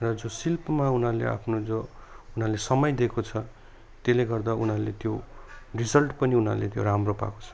र जो शिल्पमा उनीहरूले आफ्नो जो उनीहरूले समय दिएको छ त्यसले गर्दा उनीहरूले त्यो रिजल्ट पनि उनीहरूले त्यो राम्रो पाएको छ